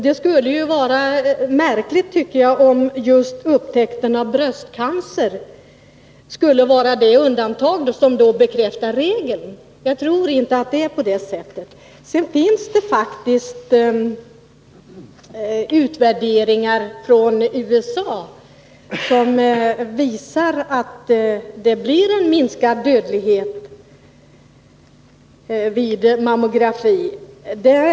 Det vore märkligt, tycker jag, om just bröstcancer vore ett undantag från den regeln. Jag tror inte att det är på det viset. Det har faktiskt i USA gjorts utvärderingar som visar en minskad dödlighet vid mammografiundersökningar.